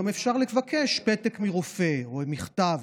אפשר גם לבקש פתק מרופא או מכתב,